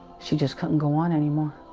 she just couldn't go on anymore